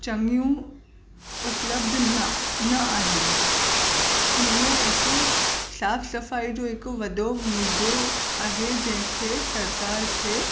चङियूं उपलब्ध न न आहिनि हुनमें हिकु साफ़ सफ़ाई जो हिकु वॾो मुद्दो आहे जंहिंखे सरकार खे